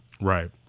Right